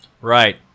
Right